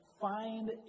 find